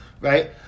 right